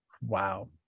wow